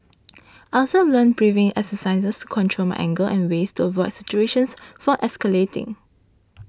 I also learnt breathing exercises to control my anger and ways to avoid situations for escalating